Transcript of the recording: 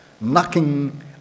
knocking